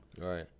right